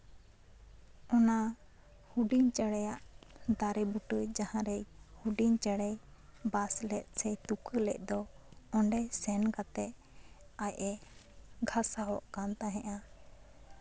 ᱚᱱᱟ ᱦᱩᱰᱤᱧ ᱪᱮᱬᱮᱭᱟᱜ ᱫᱟᱨᱮ ᱵᱩᱴᱟᱹ ᱡᱟᱦᱟᱸ ᱨᱮ ᱦᱩᱰᱤᱧ ᱪᱮᱬᱮ ᱵᱟᱥ ᱞᱮᱜ ᱥᱮ ᱛᱩᱠᱟᱹ ᱞᱮᱜ ᱫᱚ ᱚᱸᱰᱮ ᱥᱮᱱ ᱠᱟᱛᱮᱜ ᱟᱡ ᱮ ᱜᱷᱟᱥᱟᱣᱚᱜ ᱛᱟᱦᱮᱱᱟ